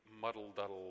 muddle-duddle